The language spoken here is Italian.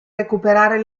recuperare